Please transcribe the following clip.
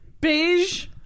beige